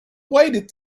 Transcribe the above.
waited